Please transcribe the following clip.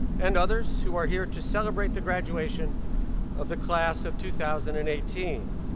and others who are here to celebrate the graduation of the class of two thousand and eighteen.